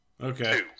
okay